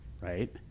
right